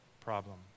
problem